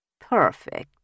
Perfect